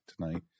tonight